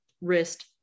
wrist